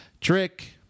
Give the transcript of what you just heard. Trick